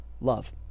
love